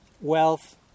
Wealth